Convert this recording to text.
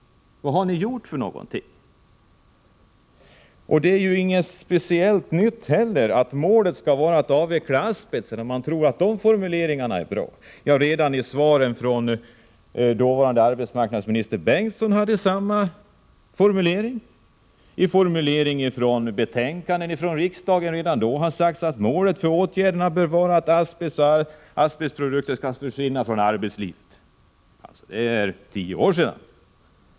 Vad har ni gjort för någonting? Det är ju heller inte något speciellt nytt att målet skall vara att avveckla asbestanvändningen, om man tror att den formuleringen är bra. Redan svaren från dåvarande arbetsmarknadsminister Bengtsson hade samma formulering. Och i utskottsbetänkandena har tidigare sagts att målet för åtgärderna bör vara att asbestprodukter skall försvinna från arbetslivet. Det är tio år sedan.